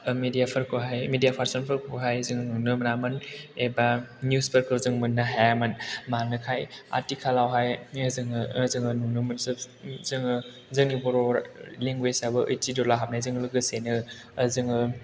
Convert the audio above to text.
ओ मिदियाफोरखौहाय मिदिया पारसनफोरखौहाय जों नुनो मोनामोन एबा निउसफोरखौ जों मोननो हायामोन मानोखाय आथिखालावहाय ओ जों ओ जों नुनो मोनजोब जों जोंनि बर' लेगुवेजाबो एइट सिद्युलाव हाबनायजों लोगोसेनो ओ जोङो